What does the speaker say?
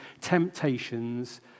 temptations